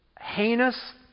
heinous